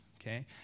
okay